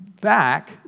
back